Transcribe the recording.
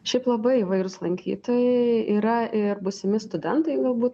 šiaip labai įvairūs lankytojai yra ir būsimi studentai galbūt